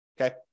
Okay